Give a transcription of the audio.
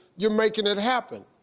you're makin' it happen.